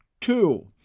Two